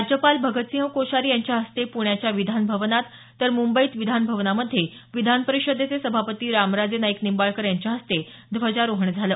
राज्यपाल भगतसिंह कोश्यारी यांच्या हस्ते प्ण्याच्या विधानभवनात तर मुंबईत विधान भवनामधे विधानपरिषदेचे सभापती रामराजे नाईक निंबाळकर यांच्या हस्ते ध्वजारोहण झालं